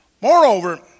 Moreover